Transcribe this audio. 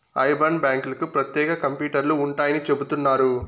IBAN బ్యాంకులకు ప్రత్యేక కంప్యూటర్లు ఉంటాయని చెబుతున్నారు